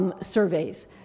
surveys